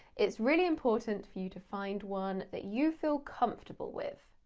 it's really important for you to find one that you feel comfortable with.